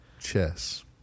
Chess